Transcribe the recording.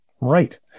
Right